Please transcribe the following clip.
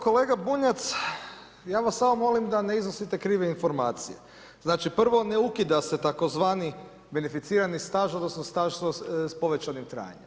Kolega Bunjac, ja vas samo molim da ne iznosite krive informacije, prvo ne ukida se tzv. beneficirani staž , odnosno staž s povećanim trajanjem.